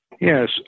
Yes